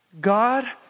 God